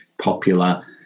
popular